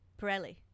Pirelli